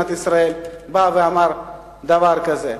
מאזרחי מדינת ישראל בא ואמר דבר כזה.